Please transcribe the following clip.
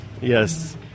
Yes